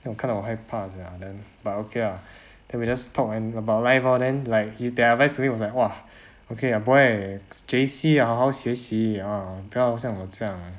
then 我 kind of 害怕 sia then but okay lah then we just talk and about life lor then like his their advice to me was like !wah! okay ah boy J_C 好好学习 hor 不要像我这样